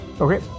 Okay